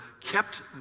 kept